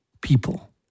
people